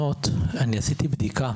עשיתי בדיקה